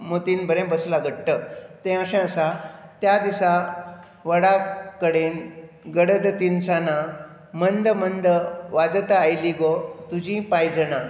म्हज्या मतींत बरला घट्ट तें अशें आसा त्या दिसा वडा कडेन गडद तिनसानां मंद मंद वाजत आयलीं गो तुजीं पायजणां